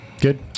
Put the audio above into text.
Good